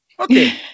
Okay